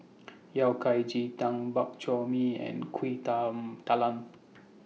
Yao Cai Ji Tang Bak Chor Mee and Kuih DA Talam